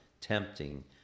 tempting